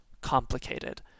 complicated